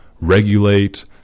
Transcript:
regulate